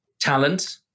talent